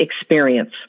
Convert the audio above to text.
experience